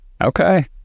Okay